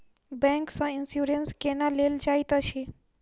bank सँ insurance केना लेल जाइत अछि